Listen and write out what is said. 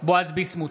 בועז ביסמוט,